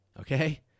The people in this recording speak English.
okay